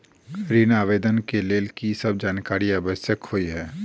ऋण आवेदन केँ लेल की सब जानकारी आवश्यक होइ है?